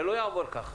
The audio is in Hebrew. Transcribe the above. זה לא יעבור ככה.